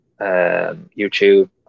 YouTube